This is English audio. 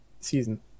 season